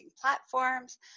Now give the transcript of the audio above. platforms